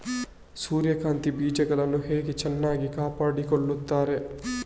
ಸೂರ್ಯಕಾಂತಿ ಬೀಜಗಳನ್ನು ಹೇಗೆ ಚೆನ್ನಾಗಿ ಕಾಪಾಡಿಕೊಳ್ತಾರೆ?